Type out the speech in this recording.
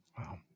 Wow